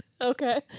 Okay